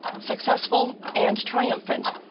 successful and triumphant,